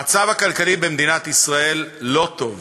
המצב הכלכלי במדינת ישראל לא טוב,